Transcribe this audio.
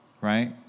right